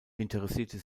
interessierte